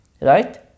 Right